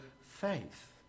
faith